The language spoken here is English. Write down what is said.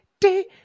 day